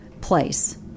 place